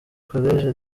college